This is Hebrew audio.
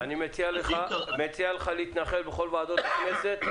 אני מציע לך להתנחל בכל ועדות הכנסת,